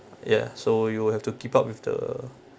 ya so you have to keep up with the